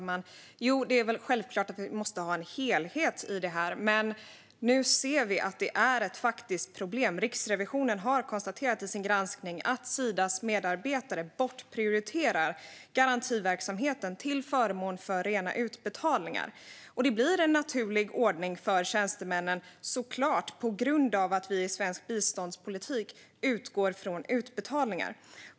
Fru talman! Det är självklart att vi måste ha en helhet i det här. Men nu ser vi att det är ett faktiskt problem. Riksrevisionen har i sin granskning konstaterat att Sidas medarbetare bortprioriterar garantiverksamheten till förmån för rena utbetalningar. Detta blir såklart en naturlig ordning för tjänstemännen på grund av att vi i svensk biståndspolitik utgår från utbetalningar.